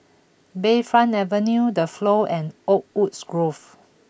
Bayfront Avenue The Flow and Oakwoods Grove